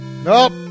Nope